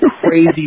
crazy